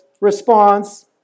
response